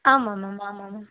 ஆமாம் மேம் ஆமாம் மேம்